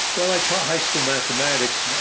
well, i taught high school mathematics.